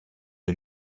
wir